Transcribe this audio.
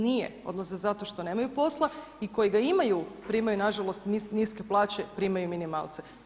Nije, odlaze zato što nemaju posla i koji ga imaju primaju nažalost niske plaće, primaju minimalce.